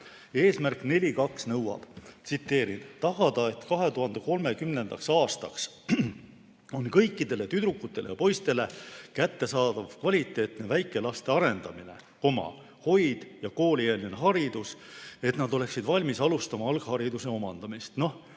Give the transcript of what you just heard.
Eesmärk 4.2 nõuab: "Tagada, et 2030. aastaks on kõikidele tüdrukutele ja poistele kättesaadav kvaliteetne väikelaste arendamine, hoid ja koolieelne haridus, et nad oleksid valmis alustama alghariduse omandamist." Noh,